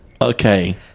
Okay